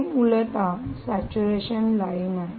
ही मूलत saturation line आहे